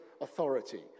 authority